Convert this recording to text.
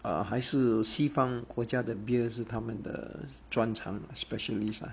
err 还是西方国家的 beer 是他们的专场 specialist ah